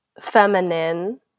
feminine